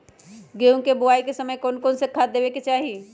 गेंहू के बोआई के समय कौन कौन से खाद देवे के चाही?